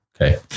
Okay